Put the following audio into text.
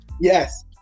yes